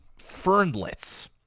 Fernlets